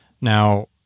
Now